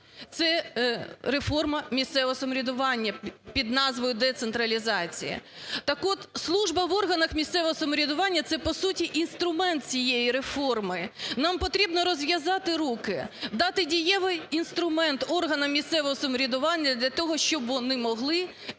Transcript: це реформа місцевого самоврядування під назвою децентралізації. Так от служба в органах місцевого самоврядування це, по суті, інструмент цієї реформи, нам потрібно розв'язати руки, дати дієвий інструмент органам місцевого самоврядування для того, щоб вони могли ефективно